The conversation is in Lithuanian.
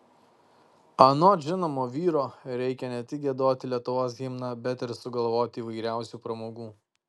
anot žinomo vyro reikia ne tik giedoti lietuvos himną bet ir sugalvoti įvairiausių pramogų